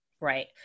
Right